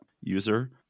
user